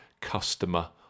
Customer